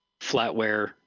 flatware